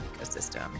ecosystem